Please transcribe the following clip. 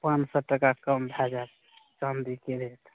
पाँच सओ टाका कम भए जाएत चाँदीके रेट